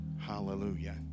hallelujah